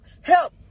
help